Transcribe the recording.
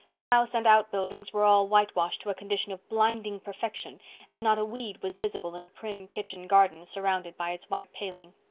the house and out-buildings were all whitewashed to a condition of blinding perfection and not a weed was visible in the prim kitchen garden surrounded by its white paling.